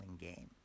game